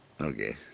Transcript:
Okay